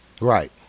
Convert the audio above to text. Right